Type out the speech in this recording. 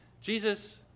Jesus